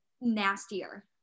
nastier